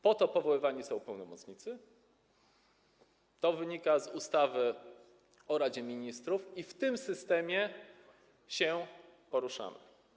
Po to powoływani są pełnomocnicy, to wynika z ustawy o Radzie Ministrów, i w tym systemie się poruszamy.